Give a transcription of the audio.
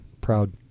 proud